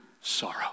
sorrow